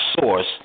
source